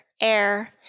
air